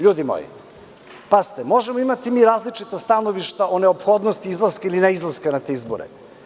Ljudi moji, možemo imati različita stanovišta o neophodnosti izlaska ili neizlaska na te izbore.